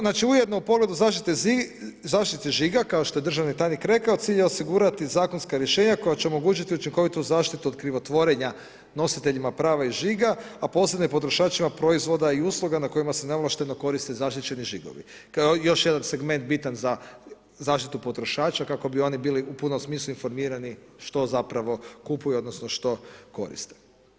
Znači, ujedno u pogledu zaštite žiga kao što je državni tajnih rekao cilj je osigurati zakonska rješenja koja će omogućiti učinkovitu zaštitu od krivotvorenja nositeljima prava i žiga, a posebno potrošačima proizvoda i usluga na kojima se neovlašteno koriste nezaštićeni žigovi kao još jedan segment bitan za zaštitu potrošača kako bi oni bili u punom smislu informirani što zapravo kupuju odnosno što koriste.